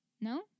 no